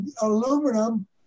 aluminum